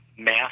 math